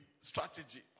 strategy